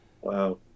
Wow